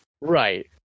right